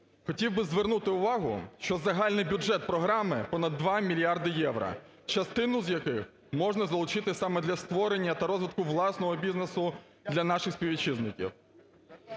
Хотів би звернути увагу, що загальний бюджет програми – понад 2 мільярди євро, частину з яких можна залучити саме для створення та розвитку власного бізнесу для наших співвітчизників.